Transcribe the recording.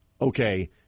okay